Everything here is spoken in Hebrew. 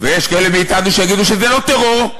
ויש כאלה מאתנו שיגידו שזה לא טרור,